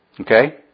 Okay